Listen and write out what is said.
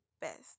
best